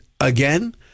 again